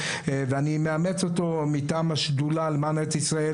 ואני מאמץ אותו מטעם השדולה למען ארץ ישראל,